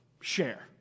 share